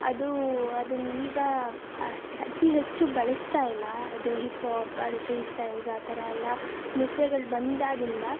ಅದು ಅದನ್ನೀಗ ಅತಿ ಹೆಚ್ಚು ಬಳಸ್ತಾ ಇಲ್ಲ ಅದು ಹಿಪ್ ಹಾಪ್ ಅದು ಫ್ರೀ ಸ್ಟೈಲ್ಸ್ ಆ ಥರ ಎಲ್ಲ ನೃತ್ಯಗಳ್ ಬಂದಾಗಿಂದ